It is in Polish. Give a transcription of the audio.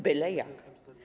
Byle jak.